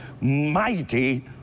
mighty